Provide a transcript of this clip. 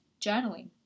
journaling